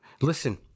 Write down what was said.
listen